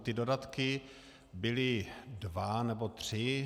Ty dodatky byly dva nebo tři.